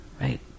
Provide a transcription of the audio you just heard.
right